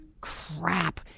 Crap